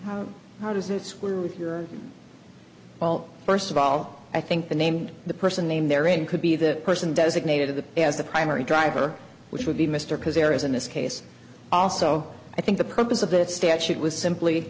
you how does that square with your well first of all i think the named the person named there and could be the person designated of the as the primary driver which would be mr because there isn't this case also i think the purpose of that statute was simply